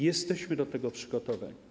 Jesteśmy do tego przygotowani.